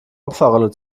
opferrolle